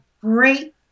great